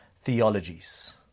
theologies